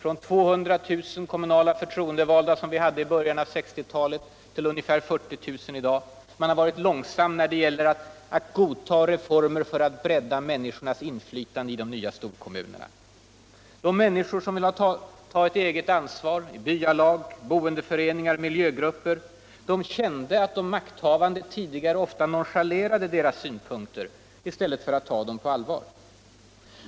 De 200 000 kommunala förtroendevalda som vi hade i början på 1960-t1atet minskades till de ungefär 40 000 som vi har i dag. Man har varit långsam med att godta retormer för att bredda människornas inflytande i de nya storkommunerna. De minniskor som vill ta ett eget ansvar — 1 byalag, boendeföreningar. miljögrupper — kände att de makthavande tidigare ofta nonchalerade deras synpunkter i stället för att ta dem på allvar.